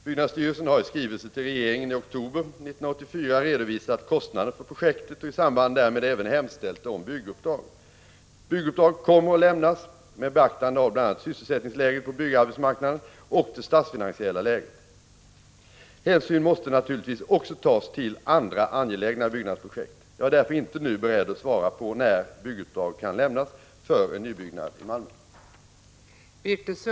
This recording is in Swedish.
Byggnadsstyrelsen har i skrivelse till regeringen i oktober månad 1984 redovisat kostnaden för projektet och i samband därmed även hemställt om bygguppdrag. Bygguppdrag kommer att lämnas med beaktande av bl.a. sysselsättningsläget på byggarbetsmarknaden och det statsfinansiella läget. Hänsyn måste naturligtvis också tas till andra angelägna byggnadsprojekt. Jag är därför inte nu beredd att svara på när bygguppdrag kan lämnas för en nybyggnad i Malmö.